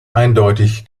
eindeutig